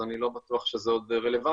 אז אני לא בטוח שזה עוד רלוונטי.